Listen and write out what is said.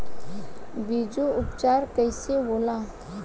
बीजो उपचार कईसे होला?